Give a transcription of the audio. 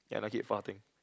and I keep farting